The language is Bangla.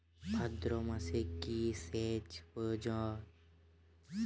ভাদ্রমাসে কি সেচ প্রয়োজন?